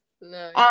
No